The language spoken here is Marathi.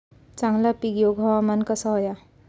चांगला पीक येऊक हवामान कसा होया?